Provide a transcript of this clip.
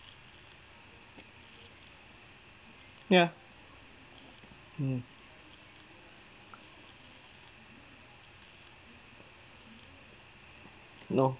ya mm no